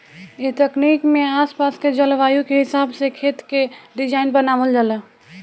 ए तकनीक में आस पास के जलवायु के हिसाब से खेत के डिज़ाइन बनावल जाला